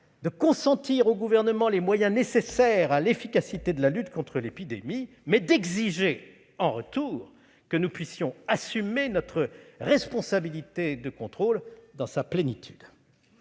de consentir au Gouvernement les moyens nécessaires à l'efficacité de la lutte contre l'épidémie, mais d'exiger aussi en retour que nous puissions assumer notre responsabilité de contrôle dans sa plénitude.